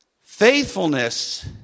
Faithfulness